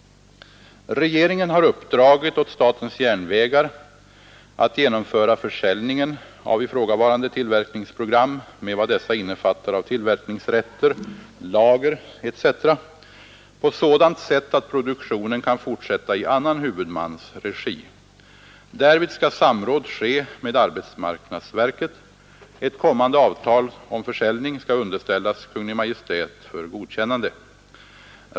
Regeringen har uppdragit åt statens järnvägar att genomföra försäljningen av ifrågavarande tillverkningsprogram — med vad dessa innefattar av tillverkningsrätter, lager etc. — på sådant sätt att produktionen kan fortsätta i annan huvudmans regi. Därvid skall samråd ske med arbetsmarknadsverket. Ett kommande avtal om försäljning skall underställas Kungl. Maj:t för godkännande.